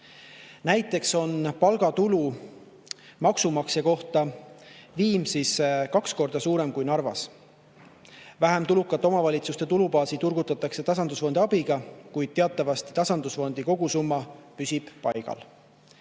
Näiteks on palgatulu maksumaksja kohta Viimsis kaks korda suurem kui Narvas. Vähem tulu saavate omavalitsuste tulubaasi turgutatakse tasandusfondi abiga, kuid teatavasti tasandusfondi kogusumma püsib paigal.